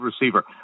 receiver